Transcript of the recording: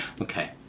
Okay